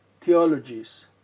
theologies